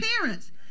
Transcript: parents